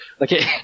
Okay